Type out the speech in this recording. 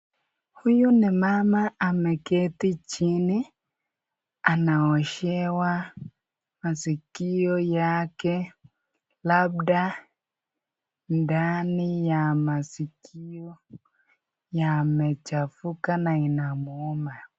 Huyu ni mama ameketi chini anaoshewa masikio yake labda ndani ya masikio yamechafuka na inamuuma.